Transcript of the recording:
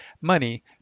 money